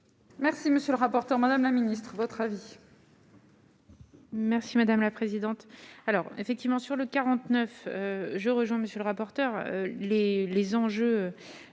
Merci, monsieur le rapporteur, Madame la Ministre votre avis.